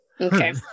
Okay